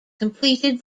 completed